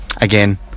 again